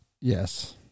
Yes